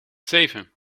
zeven